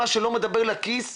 מה שלא מדבר לכיס,